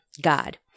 God